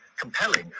compelling